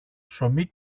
ψωμί